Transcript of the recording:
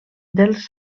dels